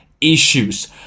issues